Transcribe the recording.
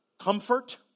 comfort